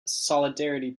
solidarity